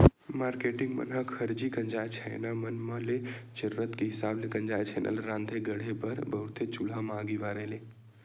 marketing मन ह खरही गंजाय छैना मन म ले जरुरत के हिसाब ले गंजाय छेना ल राँधे गढ़हे बर बउरथे चूल्हा म आगी बारे ले